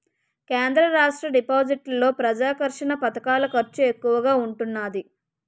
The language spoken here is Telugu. కేంద్ర రాష్ట్ర బడ్జెట్లలో ప్రజాకర్షక పధకాల ఖర్చు ఎక్కువగా ఉంటున్నాది